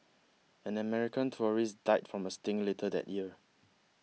an American tourist died from a sting later that year